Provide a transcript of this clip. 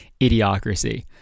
idiocracy